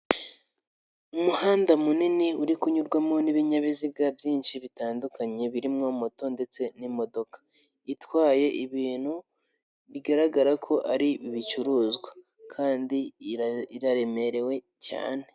Umuhanda munini uri kunyurwamo n'ibinyabiziga byinshi bitandukanye birimo moto ndetse n'imodoka itwaye ibintu bigaragara ko ari ibicuruzwa kandi iraremerewe cyane.